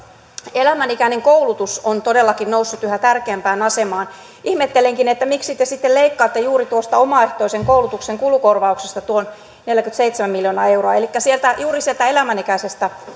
elämänikäinen koulutus on todellakin noussut yhä tärkeämpään asemaan ihmettelenkin miksi te sitten leikkaatte juuri omaehtoisen koulutuksen kulukorvauksista tuon neljäkymmentäseitsemän miljoonaa euroa eli juuri sieltä elämänikäisestä